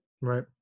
Right